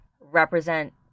represent